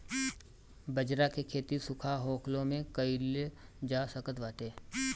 बजरा के खेती सुखा होखलो में कइल जा सकत बाटे